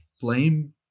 blame